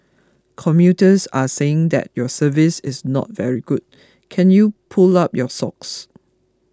commuters are saying that your service is not very good can you pull up your socks